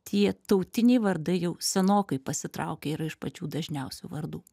tie tautiniai vardai jau senokai pasitraukę yra iš pačių dažniausių vardų